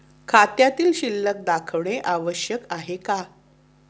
खात्यातील शिल्लक दाखवणे आवश्यक आहे का?